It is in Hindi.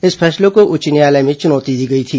इस फैसले को उच्च न्यायालय में चुनौती दी गई थी